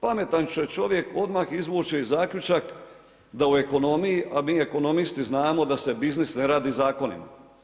Pametan će čovjek uvijek izvući zaključak, da u ekonomiji, a mi ekonomisti znamo, da se biznis ne radi zakonima.